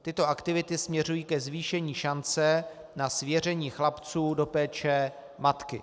Tyto aktivity směřují ke zvýšení šance na svěření chlapců do péče matky.